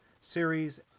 series